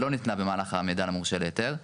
לא ניתנה במהלך המידע למורשה להיתר.